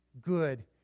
good